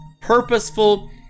purposeful